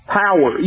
power